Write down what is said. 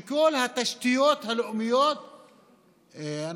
כל התשתיות הלאומיות,